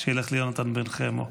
שילך ליונתן בן חמו.